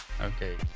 okay